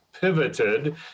pivoted